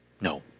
No